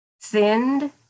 Thinned